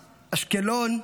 אשקלון,